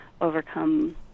overcome